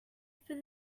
for